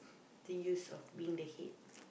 the use of being the head